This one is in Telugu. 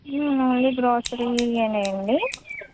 ఓన్లీ గ్రాసరీయేనా అండి